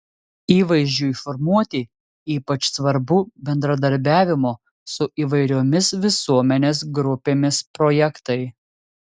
įvaizdžiui formuoti ypač svarbu bendradarbiavimo su įvairiomis visuomenės grupėmis projektai